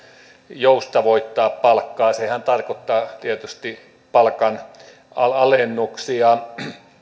joustavoittaa palkkaa sehän tarkoittaa tietysti palkan alennuksia